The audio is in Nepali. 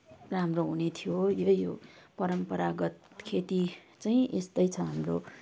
राम्रो हुने थियो यही हो परम्परागत खेती चाहिँ यस्तै छ हाम्रो